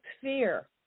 fear